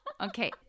Okay